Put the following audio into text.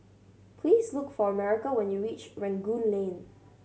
please look for America when you reach Rangoon Lane